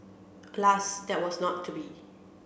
alas that was not to be